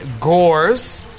Gores